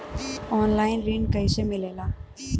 Online ऋण कैसे मिले ला?